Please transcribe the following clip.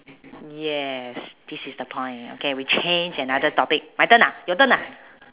yes this is the point okay we change another topic my turn ah your turn ah